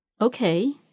Okay